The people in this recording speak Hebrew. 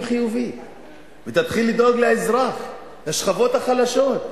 חיובי ותתחיל לדאוג לאזרח ולשכבות החלשות.